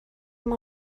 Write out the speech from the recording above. amb